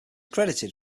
credited